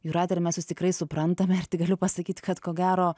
jūrate ar mes jus tikrai suprantame ir tegaliu pasakyti kad ko gero